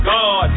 God